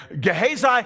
Gehazi